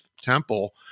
temple